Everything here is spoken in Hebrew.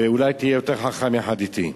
ואולי תהיה יותר חכם, יחד אתי.